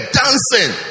dancing